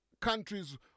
countries